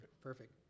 perfect